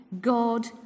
God